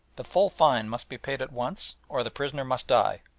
the full fine must be paid at once or the prisoner must die.